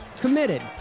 committed